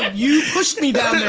and you pushed me down there.